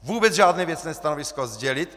Vůbec žádné věcné stanovisko sdělit.